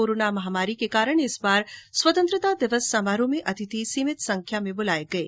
corona महामारी के कारण इस बार स्वतंत्रता दिवस समारोह में अतिथि सीमित संख्या में बुलाये गये